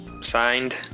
Signed